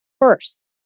first